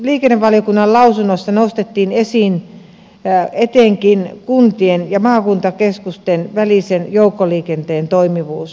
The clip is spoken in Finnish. liikennevaliokunnan lausunnossa nostettiin esiin etenkin kuntien ja maakuntakeskusten välisen joukkoliikenteen toimivuus